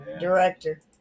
director